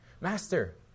Master